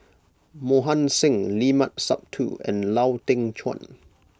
Mohan Singh Limat Sabtu and Lau Teng Chuan